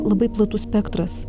labai platus spektras